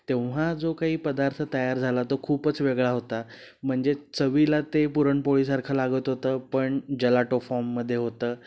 तेव्हा जो काही पदार्थ तयार झाला तो खूपच वेगळा होता म्हणजे चवीला ते पुरणपोळीसारखं लागत होतं पण जलाटो फॉर्ममध्ये होतं